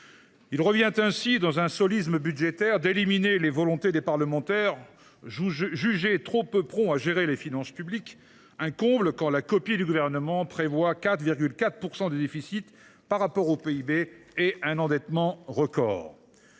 » budgétaire, vous vous employez à éliminer les volontés des parlementaires, jugés trop peu prompts à gérer les finances publiques – un comble quand la copie du Gouvernement prévoit 4,4 % de déficit par rapport au PIB et un endettement record